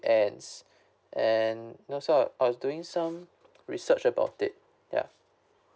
ands and you know some I was doing some research about it ya